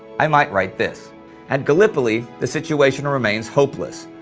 i might write this at gallipoli the situation remains hopeless.